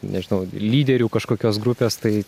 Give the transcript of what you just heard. nežinau lyderių kažkokios grupės tai